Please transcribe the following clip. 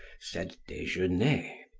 said desgenais.